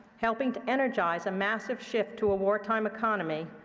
helping to energize a massive shift to a wartime economy,